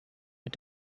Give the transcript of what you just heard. but